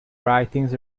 writings